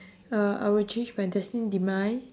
well I would change my destined demise